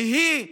והיא,